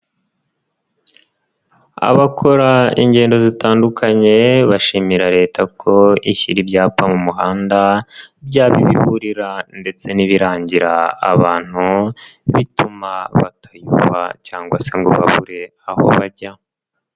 Abakora ingendo zitandukanye bashimira leta ko ishyira ibyapa mu muhanda byaba ibiburira ndetse n'ibirangira abantu bituma batayoba cyangwa se ngo babure aho bajya.